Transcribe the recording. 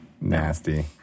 nasty